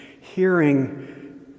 Hearing